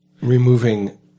removing